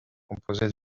composée